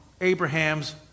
Abraham's